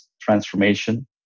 transformation